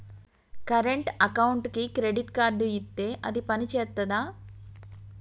Current అకౌంట్కి credit card ఇత్తే అది పని చేత్తదా?